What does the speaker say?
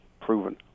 proven